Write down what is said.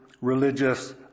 religious